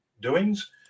doings